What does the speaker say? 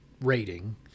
rating